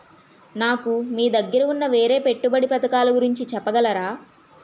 నాకు మీ దగ్గర ఉన్న వేరే పెట్టుబడి పథకాలుగురించి చెప్పగలరా?